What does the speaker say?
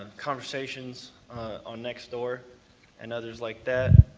and conversation on next door and others like that,